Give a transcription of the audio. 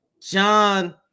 John